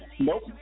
Nope